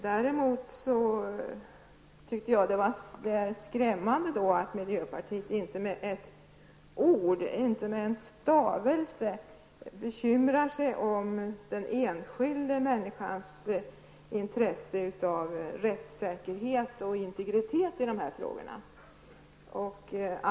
Däremot tycker jag att det är skrämmande att miljöpartiet inte med ett ord eller en stavelse bekymrar sig om den enskilde människans intresse av rättssäkerhet och integritet i dessa frågor.